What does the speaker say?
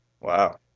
Wow